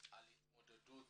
על התמודדות